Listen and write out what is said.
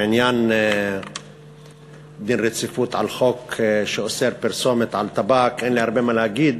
בעניין דין רציפות על חוק שאוסר פרסומת על טבק אין לי הרבה מה להגיד,